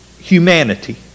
humanity